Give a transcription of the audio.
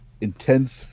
intense